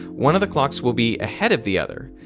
one of the clocks will be ahead of the other.